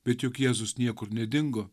bet juk jėzus niekur nedingo